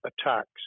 attacks